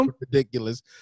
ridiculous